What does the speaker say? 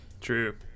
True